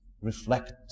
reflect